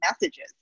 messages